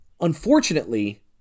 Unfortunately